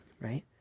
right